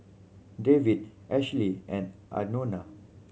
Dave Ashlea and Anona